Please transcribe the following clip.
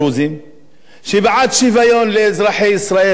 שהיא בעד שוויון לאזרחי ישראל הערבים והדרוזים,